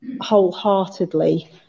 wholeheartedly